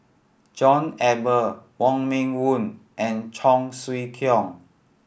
John Eber Wong Meng Voon and Cheong Siew Keong